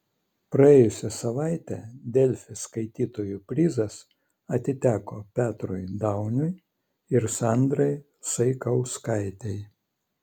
praėjusią savaitę delfi skaitytojų prizas atiteko petrui dauniui ir sandrai saikauskaitei